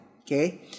okay